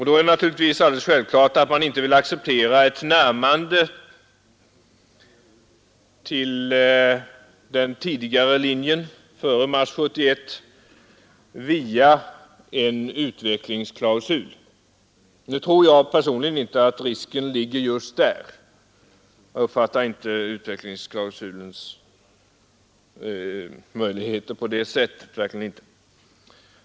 Då är det alldeles självklart att man inte vill acceptera ett närmande till den tidigare linjen via en utvecklingsklausul. Nu tror jag personligen inte att risken ligger just där — jag uppfattar inte utvecklingsklausulens möjligheter på det sättet.